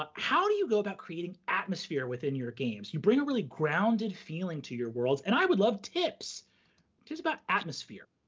um how do you go about creating atmosphere within your games? you bring a really grounded feeling to your worlds, and i would love tips just about atmosphere.